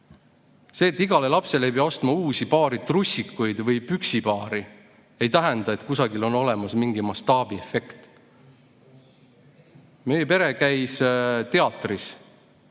See, et igale lapsele ei pea ostma uusi paari trussikud või püksipaari, ei tähenda, et kusagil on olemas mingi mastaabiefekt. Meie pere käis teatris